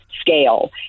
scale